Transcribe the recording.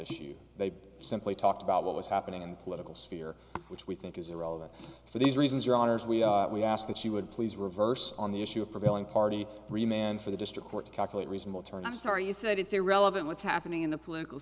issues they simply talked about what was happening in the political sphere which we think is irrelevant for these reasons your honour's we we asked that she would please reverse on the issue of prevailing party remained for the district court to calculate reasonable turn i'm sorry you said it's irrelevant what's happening in the political